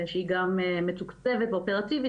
שהיא גם מתוקצבת ואופרטיבית.